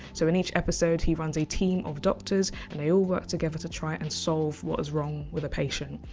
so in each episode, he runs a team of doctors, and they all work together to try and solve what is wrong with a patient.